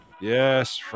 Yes